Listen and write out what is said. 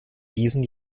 diesen